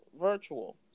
virtual